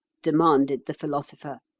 demanded the philosopher.